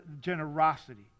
generosity